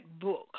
book